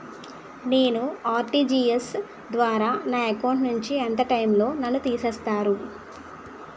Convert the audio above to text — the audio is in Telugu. నేను ఆ.ర్టి.జి.ఎస్ ద్వారా నా అకౌంట్ నుంచి ఎంత టైం లో నన్ను తిసేస్తారు?